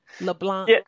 LeBlanc